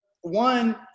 One